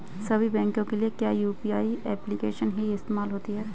सभी बैंकों के लिए क्या यू.पी.आई एप्लिकेशन ही इस्तेमाल होती है?